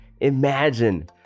Imagine